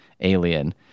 Alien